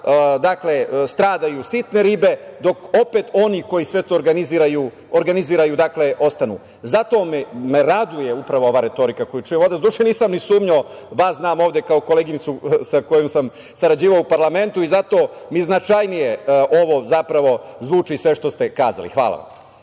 sprega stradaju sitne ribe, dok opet oni koji sve to organizuju ostanu. Zato me raduje, upravo ova retorika koju čujem od vas. Doduše nisam ni sumnjao. Vas znam ovde kao koleginicu sa kojom sam sarađivao u parlamentu i zato mi značajnije, zapravo zvuči sve što ste kazali. Hvala vam.